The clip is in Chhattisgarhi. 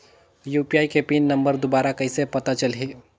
यू.पी.आई के पिन नम्बर दुबारा कइसे पता चलही?